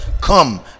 Come